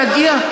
נגיע.